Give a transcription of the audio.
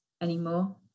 anymore